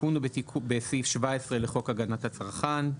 התיקון הוא בסעיף 17 לחוק הגנת הצרכן: